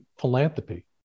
philanthropy